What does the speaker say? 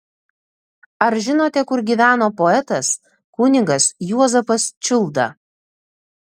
ar žinote kur gyveno poetas kunigas juozapas čiulda